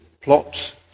plot